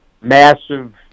massive